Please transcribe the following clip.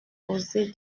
proposé